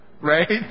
right